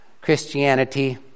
Christianity